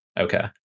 Okay